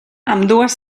ambdues